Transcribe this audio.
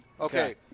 Okay